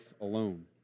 alone